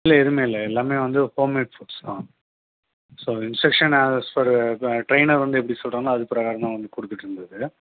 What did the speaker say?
இல்லை எதுவுமே இல்லை எல்லாமே வந்து ஹோம் மேட் ஃபுட்ஸ் தான் so instruction as per trainer வந்து எப்படி சொல்லுறாங்களோ அது பிரகாரம் தான் வந்து கொடுத்துட்ருந்துது